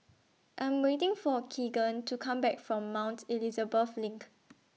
I Am waiting For Kegan to Come Back from Mount Elizabeth LINK